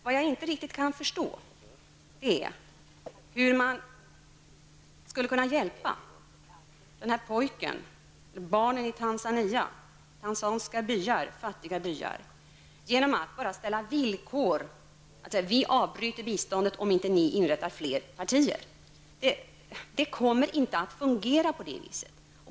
Jag kan inte riktigt förstå hur man skulle kunna hjälpa den här pojken och andra barn i fattiga tanzaniska byar genom att ställa villkor som innebär att vi avbryter biståndet om inte fler partier inrättas. Det fungerar inte på det viset.